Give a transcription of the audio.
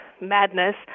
madness